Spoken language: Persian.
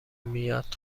میاد